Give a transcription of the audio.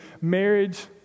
marriage